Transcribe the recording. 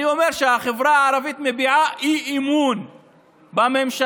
אני אומר שהחברה הערבית מביעה אי-אמון בממשלה.